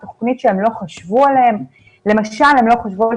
שבתוכנית יש חלקים שהם לא חשבו עליהם כמו למשל הם לא חשבו על